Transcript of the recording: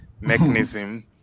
mechanism